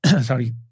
sorry